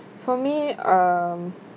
for me um